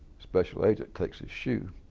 special agent takes his shoe,